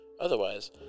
Otherwise